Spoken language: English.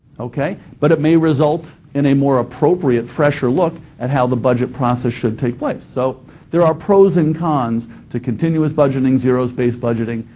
okay, but it may result in a more appropriate fresher look at how the budget process should take place. so there are pros and cons to continuous budgeting, zero based budgeting,